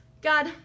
God